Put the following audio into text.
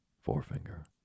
forefinger